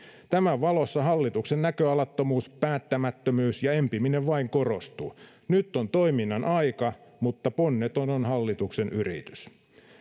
tämän valossa hallituksen näköalattomuus päättämättömyys ja empiminen vain korostuvat nyt on toiminnan aika mutta ponneton on hallituksen yritys